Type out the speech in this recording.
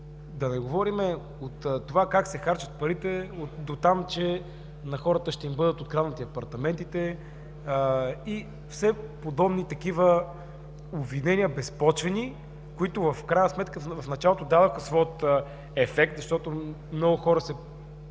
да не говорим за това как се харчат парите до там, че на хората ще им бъдат откраднати апартаментите и все такива подобни безпочвени обвинения, които в крайна сметка, в началото дадоха своя ефект, защото много хора се